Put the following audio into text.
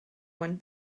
one